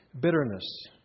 bitterness